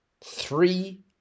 three